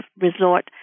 resort